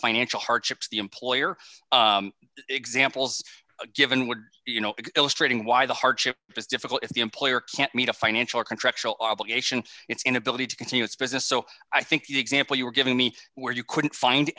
financial hardships the employer examples given would you know illustrating why the hardship is difficult if the employer can't meet a financial contractual obligation its inability to continue its business so i think the example you were giving me where you couldn't find